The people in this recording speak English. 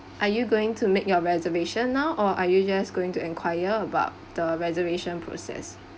are you going to make your reservation now or are you just going to enquire about the reservation process